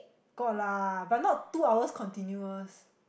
got lah but not two hours continuous